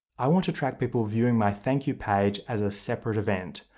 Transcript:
i want to track people viewing my thank you page as a separate event,